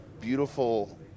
beautiful